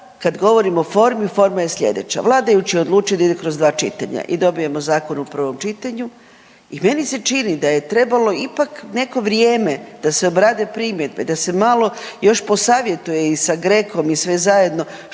kad govorim o formi, forma je slijedeća. Vladajući odlučuju da ide kroz 2 čitanja i dobijemo zakon u prvom čitanju i meni se čini da je trebalo ipak neko vrijeme da se obrade primjedbe da se malo još posavjetuje i sa GRECO-om i sve zajedno što i